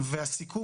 והסיכום